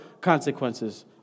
consequences